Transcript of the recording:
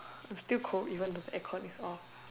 I'm still cold even the air con is off